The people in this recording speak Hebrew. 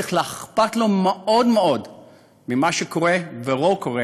צריך להיות אכפת לו מאוד מאוד ממה שקורה ולא קורה